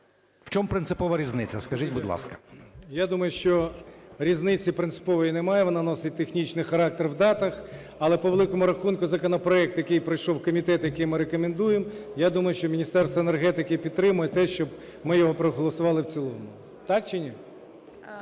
В чому принципова різниця, скажіть, будь ласка? 17:46:54 ДОМБРОВСЬКИЙ О.Г. Я думаю, що різниці принципової немає, вона носить технічний характер в датах. Але, по великому рахунку, законопроект, який пройшов комітет, який ми рекомендуємо, я думаю, що Міністерство енергетики підтримає те, щоб ми його проголосували в цілому. Так чи ні?